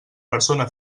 persona